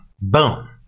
Boom